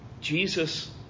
Jesus